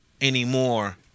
anymore